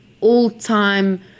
all-time